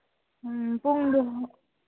ꯎꯝ ꯄꯨꯡꯗꯨ